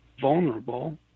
vulnerable